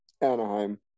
Anaheim